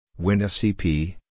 WinSCP